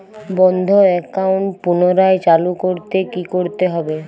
বন্ধ একাউন্ট পুনরায় চালু করতে কি করতে হবে?